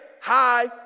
high